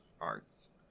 arts